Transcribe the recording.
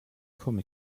komme